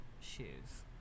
shoes